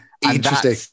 Interesting